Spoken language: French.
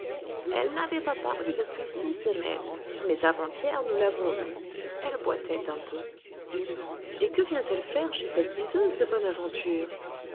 elle n'avait pas paru depuis six semaines mais avant-hier nous l'avons vue elle boitait un peu et que vient-elle faire chez cette diseuse de bonne aventure